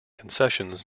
concessions